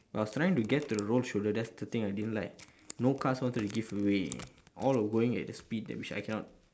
but I was trying to get to the road shoulder that's the thing I didn't like no cars wanted to give way all were going at the speed that which I cannot